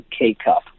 K-Cup